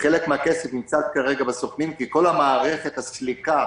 חלק מן הכסף נמצא כרגע אצל הסוכנים כי בכל מערכת הסליקה